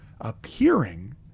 appearing